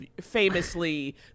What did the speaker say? famously